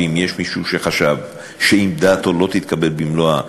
ואם מישהו חשב שאם דעתו לא תתקבל במלואה,